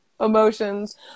emotions